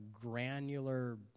granular